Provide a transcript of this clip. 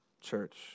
church